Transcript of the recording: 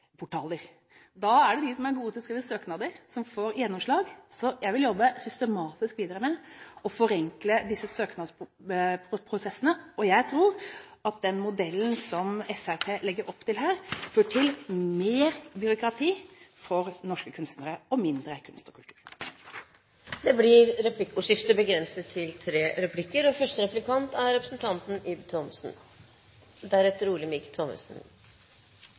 Da er det de som er gode til å skrive søknader, som får gjennomslag. Jeg vil jobbe systematisk videre med å forenkle disse søknadsprosessene, og jeg tror at den modellen som Fremskrittspartiet legger opp til her, fører til mer byråkrati for norske kunstnere – og mindre kunst og kultur. Det blir replikkordskifte.